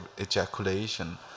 ejaculation